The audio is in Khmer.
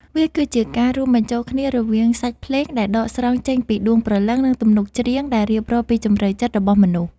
វាគឺជាការរួមបញ្ចូលគ្នារវាងសាច់ភ្លេងដែលដកស្រង់ចេញពីដួងព្រលឹង និងទំនុកច្រៀងដែលរៀបរាប់ពីជម្រៅចិត្តរបស់មនុស្ស។